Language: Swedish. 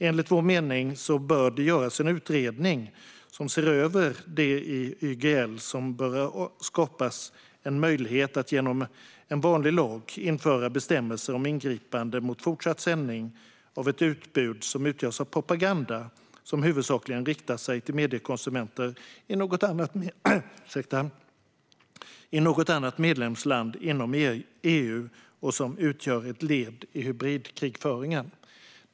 Enligt vår mening bör det göras en utredning som ser över berörda delar i YGL så att det skapas en möjlighet att genom en vanlig lag införa bestämmelser om ingripande mot fortsatt sändning av ett utbud som utgörs av propaganda som huvudsakligen riktar sig till mediekonsumenter i något annat medlemsland inom EU och utgör ett led i hybridkrigföring.